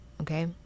okay